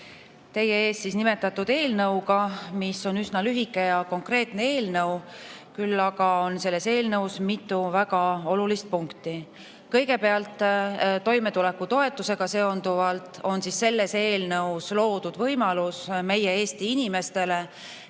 teie ees eelnõuga, mis on üsna lühike ja konkreetne eelnõu, küll aga on selles mitu väga olulist punkti. Kõigepealt, toimetulekutoetusega seonduvalt on selles eelnõus loodud võimalus meie Eesti inimestele,